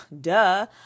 duh